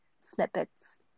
snippets